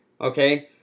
okay